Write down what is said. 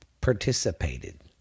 participated